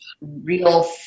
real